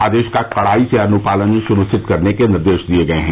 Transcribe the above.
आदेश का कड़ाई से अनुपालन सुनिश्चत करने के निर्देश दिये गये हैं